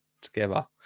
together